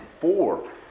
four